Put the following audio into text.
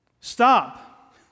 Stop